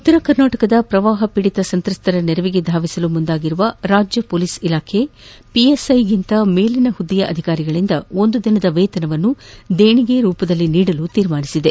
ಉತ್ತರ ಕರ್ನಾಟಕದ ಪ್ರವಾಹ ಪೀಡಿತ ಸಂತ್ರಸ್ತರ ನೆರವಿಗೆ ಧಾವಿಸಲು ಮುಂದಾಗಿರುವ ರಾಜ್ಯ ಪೊಲೀಸ್ ಇಲಾಖೆ ಪಿಎಸ್ಐಗಿಂತ ಮೇಲಿನ ಹುದ್ದೆಯ ಅಧಿಕಾರಿಗಳಿಂದ ಒಂದು ದಿನದ ವೇತನವನ್ನು ದೇಣಿಗೆ ರೂಪದಲ್ಲಿ ನೀಡಲು ನಿರ್ಧರಿಸಿದೆ